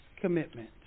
commitment